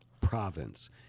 province